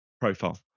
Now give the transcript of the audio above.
profile